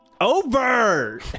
Over